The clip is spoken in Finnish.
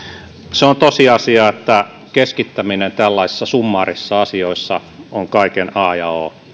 se on tosiasia että keskittäminen tällaisissa summaarisissa asioissa on kaiken a ja o